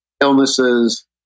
illnesses